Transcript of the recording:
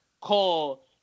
call